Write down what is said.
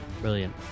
Brilliant